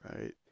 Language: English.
Right